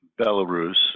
Belarus